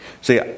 See